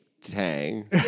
Tang